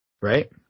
Right